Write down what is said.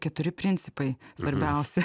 keturi principai svarbiausi